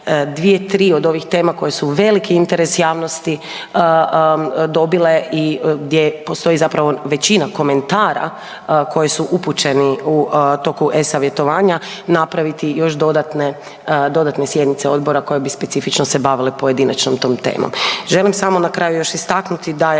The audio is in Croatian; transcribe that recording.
2-3 od ovih tema koje su veliki interes javnosti dobile i gdje postoji zapravo većina komentara koji su upućeni u toku e-savjetovanja, napraviti još dodatne, dodatne sjednice odbora koje bi specifično se bavile pojedinačnom tom temom. Želim samo na kraju još istaknuti da je